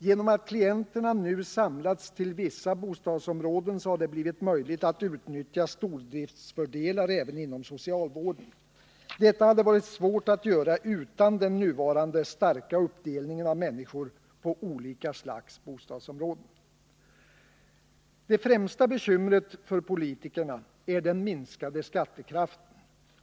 Genom att klienterna nu samlats till vissa bostadsområden har det blivit möjligt att utnyttja stordriftsfördelar även inom socialvården. Detta hade varit svårt att göra utan den nuvarande starka uppdelningen av människor på olika slags bostadsområden. Det främsta bekymret för politikerna är den minskade skattekraften.